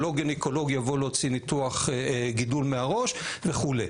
שלא גניקולוג יבוא להוציא גידול מהראש וכו'.